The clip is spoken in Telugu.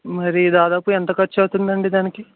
మరీ దాదాపు ఎంత ఖర్చు అవుతుందండి దానికి